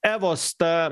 evos ta